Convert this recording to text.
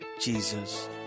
Jesus